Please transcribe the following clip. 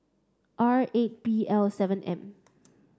R eight B L seven M